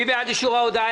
מי בעד אישור ההודעה?